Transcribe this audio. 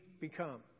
become